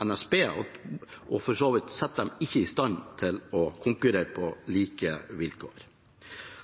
NSB og setter dem for så vidt ikke i stand til å konkurrere på like vilkår.